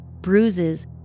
bruises